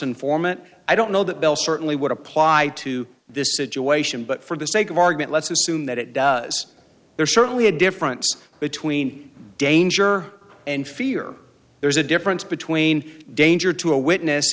informant i don't know that bill certainly would apply to this situation but for the sake of argument let's assume that it does there's certainly a difference between danger and fear there's a difference between a danger to a witness